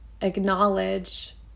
acknowledge